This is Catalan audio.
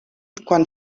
quan